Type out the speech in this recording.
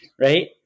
Right